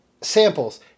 samples